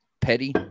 Petty